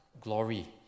glory